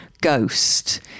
ghost